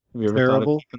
Terrible